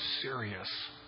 serious